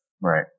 Right